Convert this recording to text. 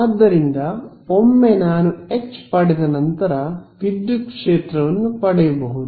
ಆದ್ದರಿಂದ ಒಮ್ಮೆ ನಾನು ಎಚ್ ಪಡೆದ ನಂತರ ವಿದ್ಯುತ್ ಕ್ಷೇತ್ರವನ್ನು ನಾನು ಪಡೆಯಬಹುದು